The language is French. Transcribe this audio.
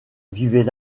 vivait